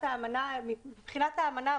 מבחינת האמנה,